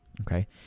Okay